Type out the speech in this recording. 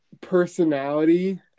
personality